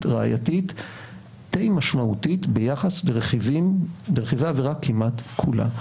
ראייתית די משמעותית ביחס לרכיבי עבירה כמעט כולה.